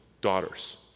daughters